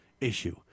issue